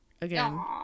again